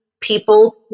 people